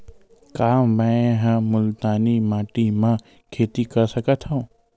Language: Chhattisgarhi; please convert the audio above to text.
का मै ह मुल्तानी माटी म खेती कर सकथव?